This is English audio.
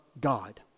God